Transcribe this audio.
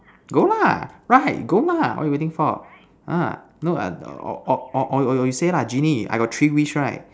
go lah right go lah what are you waiting for ah no or or or you say lah genie I got three wish right